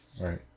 Right